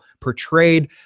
portrayed